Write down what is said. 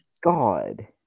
God